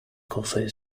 coffee